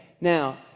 Now